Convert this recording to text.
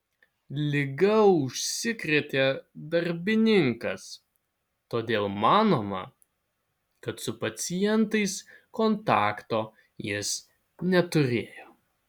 liga užsikrėtė darbininkas todėl manoma kad su pacientais kontakto jis neturėjo